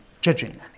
judging